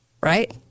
right